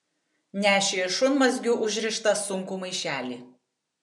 nešė šunmazgiu užrištą sunkų maišelį